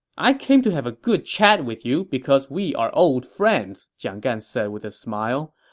i came to have a good chat with you because we are old friends, jiang gan said with a smile.